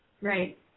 Right